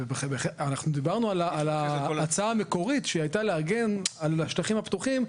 דיברנו על ההצעה המקורית שהייתה להגן על השטחים הפתוחים,